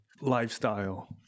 lifestyle